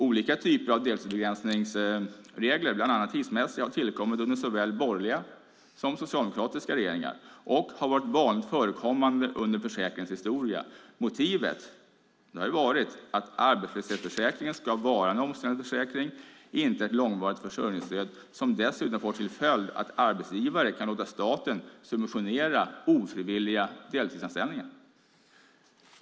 Olika typer av deltidsbegränsningsregler, bland annat tidsmässiga, har tillkommit under såväl borgerliga som socialdemokratiska regeringar och har varit vanligt förekommande under försäkringens historia. Motivet har varit att arbetslöshetsförsäkringen ska vara en omställningsförsäkring, inte ett långvarigt försörjningsstöd som dessutom får till följd att arbetsgivare kan låta staten subventionera ofrivilliga deltidsanställningar.